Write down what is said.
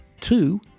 two